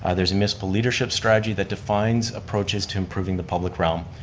ah there's a municipal leadership strategy that defines approaches to improving the public realm.